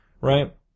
right